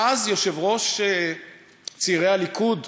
ואז יושב-ראש צעירי הליכוד